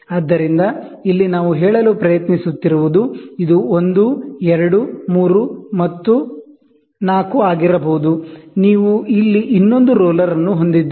ಆದ್ದರಿಂದ ಇಲ್ಲಿ ನಾವು ಹೇಳಲು ಪ್ರಯತ್ನಿಸುತ್ತಿರುವುದು ಇದು 1 2 3ಮತ್ತು 4 ಆಗಿರಬಹುದು ನೀವು ಇಲ್ಲಿ ಇನ್ನೊಂದು ರೋಲರ್ ಅನ್ನು ಹೊಂದಿದ್ದೀರಿ